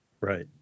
right